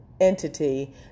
entity